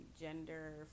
gender